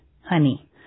honey